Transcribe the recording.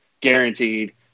guaranteed